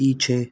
पीछे